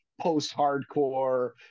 post-hardcore